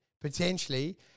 potentially